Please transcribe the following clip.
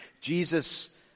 Jesus